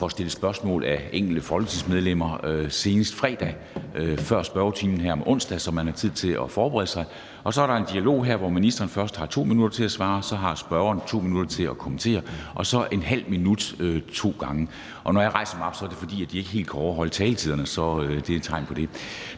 får stillet spørgsmål af de enkelte folketingsmedlemmer senest fredagen før spørgetiden her om onsdagen, så de har tid til at forberede sig. Og så er der en dialog her, hvor ministeren først har 2 minutter til at svare, så har spørgeren 2 minutter til at kommentere, og så er der bagefter et halvt minut til hver. Når jeg rejser mig op, er det, fordi de ikke helt kan overholde taletiderne; så det er et tegn på det.